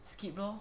skip lor